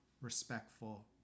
respectful